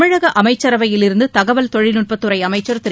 தமிழக அமைச்சரவையிலிருந்து தகவல் தொழில்நுட்பத் துறை அமைச்சர் திரு